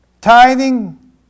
Tithing